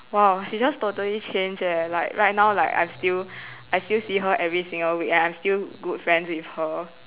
!wow! she just totally change leh like right now like I'm still I still see her every single week and I'm still good friends with her